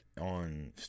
On